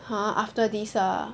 !huh! after this lah